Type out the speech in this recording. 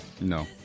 No